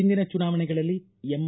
ಹಿಂದಿನ ಚುನಾವಣೆಗಳಲ್ಲಿ ಎಂ